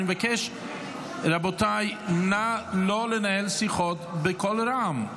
אני מבקש, רבותיי נא לא לנהל שיחות בקול רם.